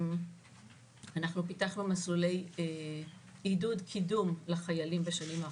אנחנו פיתחנו מסלולי עידוד קידום לחיילים בשנים האחרונות.